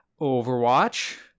Overwatch